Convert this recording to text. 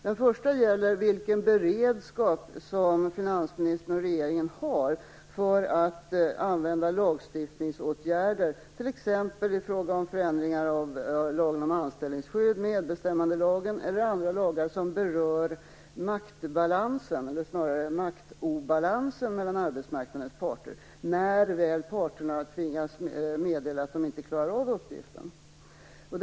Den första gäller vilken beredskap finansministern och regeringen har för att använda lagstiftningsåtgärder, t.ex. i fråga om förändringar av lagen om anställningsskydd, medbestämmandelagen eller andra lagar som berör maktbalansen, eller snarare maktobalansen, mellan arbetsmarknadens parter när väl parterna tvingats meddela att de inte klarar av uppgiften?